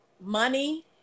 money